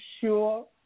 sure